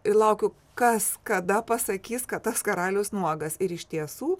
ir laukiu kas kada pasakys kad tas karalius nuogas ir iš tiesų